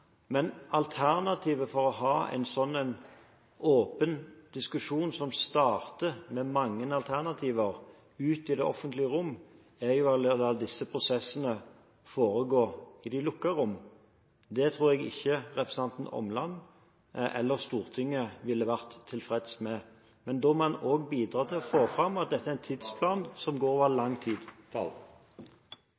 Alternativet til å ha en åpen diskusjon, som starter med mange alternativer, i det offentlige rom er at en lar disse prosessene foregå i lukkede rom. Det tror jeg ikke representanten Omland eller Stortinget ville vært tilfreds med. Da må en også bidra til å få fram at dette er en tidsplan som går over